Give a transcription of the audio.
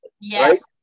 yes